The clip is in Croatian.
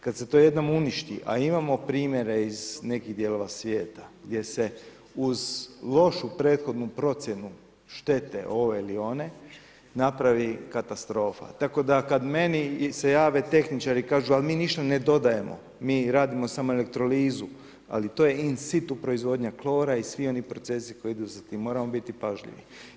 Kad se to jednom uništi a imamo primjere iz nekih dijelova svijeta gdje se uz lošu prethodnu procjenu štete ove ili one, napravi katastrofa tako da kad meni se jave tehničari i kažu ali mi ništa ne dodajemo, mi radimo samo elektrolizu, ali to je in situ proizvodnja klora i svi oni procesi koji idu za tim, moramo biti pažljivi.